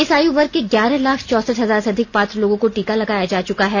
इस आयु वर्ग के ग्यारह लाख चौसठ हजार से अधिक पात्र लोगों को टीका लगाया जा चूका है